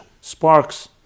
sparks